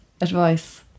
advice